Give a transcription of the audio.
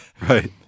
Right